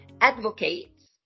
advocates